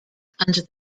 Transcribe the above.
and